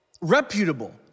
reputable